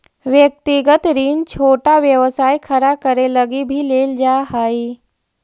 व्यक्तिगत ऋण छोटा व्यवसाय खड़ा करे लगी भी लेल जा हई